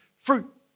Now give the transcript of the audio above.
fruit